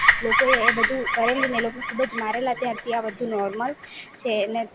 લોકોએ એ બધું કરેલું ને એ લોકો ને ખૂબ જ મારેલા ત્યારથી આ બધું નોર્મલ છે ને